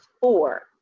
four